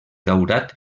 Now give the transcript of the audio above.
daurat